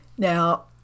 Now